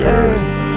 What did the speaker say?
earth